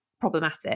problematic